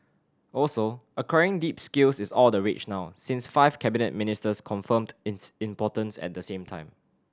also acquiring deep skills is all the rage now since five cabinet ministers confirmed its importance at the same time